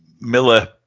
Miller